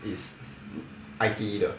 is I_T_E 的